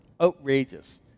outrageous